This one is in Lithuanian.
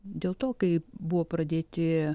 dėl to kai buvo pradėti